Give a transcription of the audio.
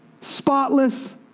spotless